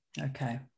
okay